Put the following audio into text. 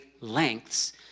lengths